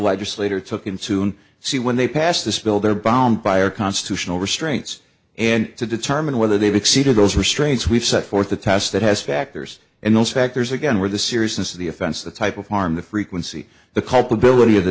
legislator took in soon see when they passed this bill they're bound by our constitutional restraints and to determine whether they've exceeded those restraints we've set forth a task that has factors in those factors again where the seriousness of the offense the type of harm the frequency the culpability of the